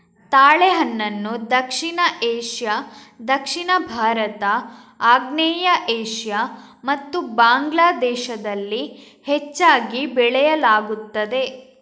ತಾಳೆಹಣ್ಣನ್ನು ದಕ್ಷಿಣ ಏಷ್ಯಾ, ದಕ್ಷಿಣ ಭಾರತ, ಆಗ್ನೇಯ ಏಷ್ಯಾ ಮತ್ತು ಬಾಂಗ್ಲಾ ದೇಶದಲ್ಲಿ ಹೆಚ್ಚಾಗಿ ಬೆಳೆಯಲಾಗುತ್ತದೆ